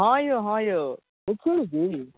हँ यौ हँ यौ निखिल जी